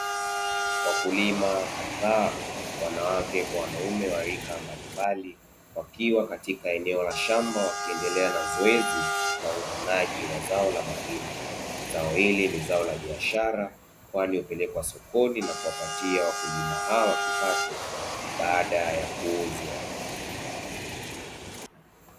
Wakulima kadhaa wanawake kwa wanaume wa rika mbalimbali wakiwa katika eneo la shamba wakiendelea na zoezi la uvunaji wa zao la mahindi, zao hili ni zao la biashara kwani hupelekwa sokoni na kuwapatia wakulima hawa kipato baada ya kuuzwa.